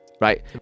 right